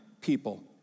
people